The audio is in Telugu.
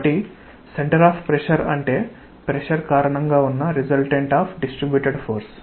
కాబట్టి సెంటర్ ఆఫ్ ప్రెషర్ అంటే ప్రెషర్ కారణంగా ఉన్న రిసల్టెంట్ ఆఫ్ డిస్ట్రీబ్యుటెడ్ ఫోర్స్